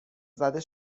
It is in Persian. زده